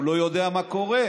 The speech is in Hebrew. הוא לא יודע מה קורה,